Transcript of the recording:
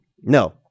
No